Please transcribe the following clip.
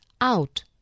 out